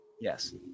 Yes